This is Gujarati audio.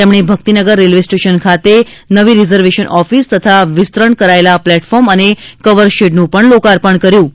તેમણે ભક્તિનગર રેલવે સ્ટેશન ખાતે નવી રિઝર્વેશન ઓફિસ તથા વિસ્તરણ કરાયેલા પ્લેટફોર્મ અને કવર શેડનું લોકાર્પણ કર્યું હતું